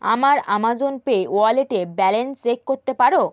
আমার Amazon pay ওয়ালেটে balance check করতে পারো